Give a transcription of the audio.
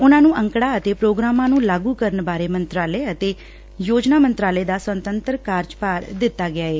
ਉਨੂਾ ਨੂੰ ਅੰਕਤਾ ਅਤੇ ਧੋਗਰਾਮਾਂ ਨੂੰ ਲਾਗੂ ਕਰਨ ਬਾਰੇ ਮੰਤਰਾਲੇ ਅਤੇ ਯੋਜਨਾ ਮੰਤਰਾਲੇ ਦਾ ਸੂੰਤਤਰ ਕਾਰਜਭਾਰ ਦਿੱਤਾ ਗਿਐ